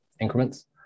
increments